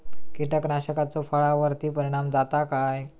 कीटकनाशकाचो फळावर्ती परिणाम जाता काय?